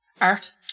Art